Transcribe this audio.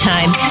Time